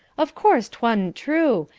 of course twa'n't true,